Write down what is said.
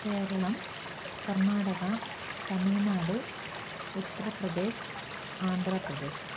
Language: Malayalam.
കേരളം കർണ്ണാടക തമിഴ്നാട് ഉത്തർപ്രദേശ് ആന്ധ്രാപ്രദേശ്